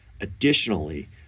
Additionally